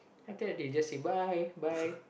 after that they just say bye bye